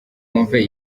wumve